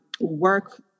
work